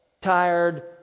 tired